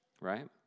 Right